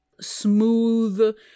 smooth